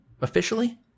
officially